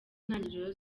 ntangiriro